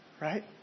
right